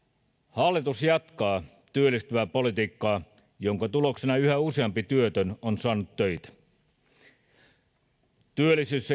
hallitus jatkaa työllistävää politiikkaa jonka tuloksena yhä useampi työtön on saanut töitä työllisyys